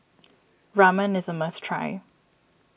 Ramen is a must try